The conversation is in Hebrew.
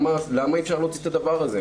למה אי אפשר להוציא את הדבר הזה?